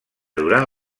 durant